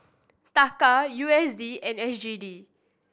Taka U S D and S G D